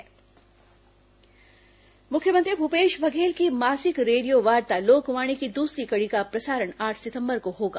लोकवाणी मुख्यमंत्री भूपेश बघेल की मासिक रेडियो वार्ता लोकवाणी की दूसरी कड़ी का प्रसारण आठ सितंबर को होगा